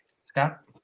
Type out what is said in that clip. Scott